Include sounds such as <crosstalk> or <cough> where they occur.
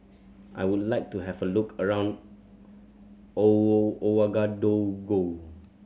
I would like to have a look around <unintelligible> Ouagadougou